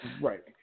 Right